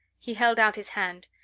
he held out his hand.